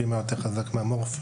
הוא חזק פי מאה מהמורפיום.